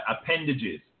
appendages